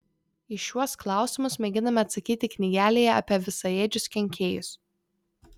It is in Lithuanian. į šiuos klausimus mėginame atsakyti knygelėje apie visaėdžius kenkėjus